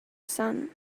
son